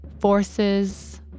forces